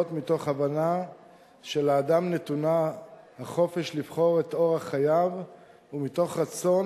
מתוך הבנה שלאדם נתון החופש לבחור את אורח חייו ומתוך רצון